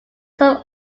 some